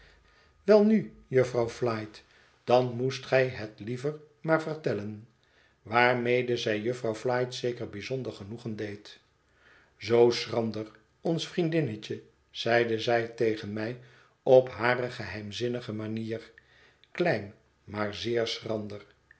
welnu jufvrouw flite dan moest gij het liever maar vertellen waarmede zij jufvrouw flite zeker bijzonder genoegen deed zoo schrander ons vriendinnetje zeide zij tegen mij op hare geheimzinnige manier klein maar zeer schrander